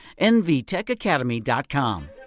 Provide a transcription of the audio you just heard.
NVTechAcademy.com